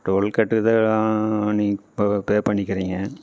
டோல்கேட்டுக்கு தான் நீங்கள் pay pay பண்ணிக்குறிங்க